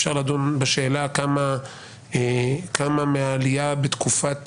אפשר לדון בשאלה כמה מהעלייה בתקופת